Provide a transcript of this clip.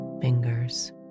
fingers